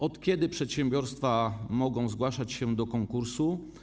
Od kiedy przedsiębiorstwa mogą zgłaszać się do konkursu?